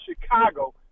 Chicago